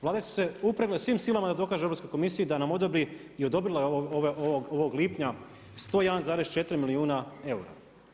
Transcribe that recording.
Vlade su se upravile svim silama da dokažu Europskoj komisiji da nam odobri o odobrila je ovog lipnja 101,4 milijuna eura.